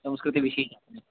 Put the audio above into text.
संस्कृतविषये जातमस्ति